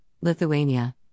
Lithuania